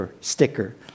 sticker